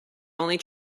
only